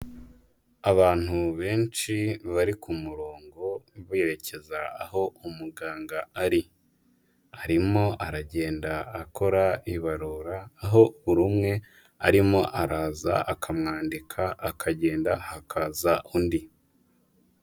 Abantu benshi bari ku murongo berekeza aho umuganga ari. Arimo aragenda akora ibarura, aho umwe arimo araza akamwandika, akagenda hakaza undi.